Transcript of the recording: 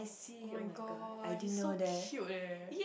oh-my-God he's so cute eh